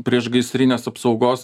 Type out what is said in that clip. priešgaisrinės apsaugos